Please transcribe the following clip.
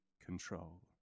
control